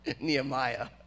Nehemiah